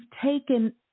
taken